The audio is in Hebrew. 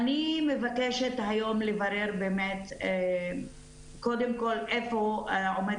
אני מבקשת היום לברר קודם כל איפה עומד